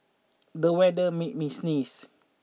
the weather made me sneeze